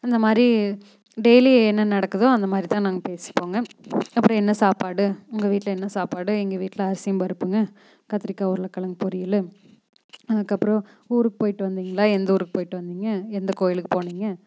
அந்தமாதிரி டெய்லி என்ன நடக்குதோ அந்தமாதிரிதான் நாங்கள் பேசிப்போங்க அப்புறோம் என்ன சாப்பாடு உங்கள் வீட்டில் என்ன சாப்பாடு எங்கள் வீட்டில் அரிசியும் பருப்புங்க கத்திரிக்காய் உருளைக்கிழங்கு பொரியல் அதுக்கு அப்புறம் ஊருக்கு போயிட்டு வந்திங்களா எந்த ஊருக்கு போய்விட்டு வந்திங்க எந்த கோயிலுக்கு போனீங்க